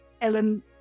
Ellen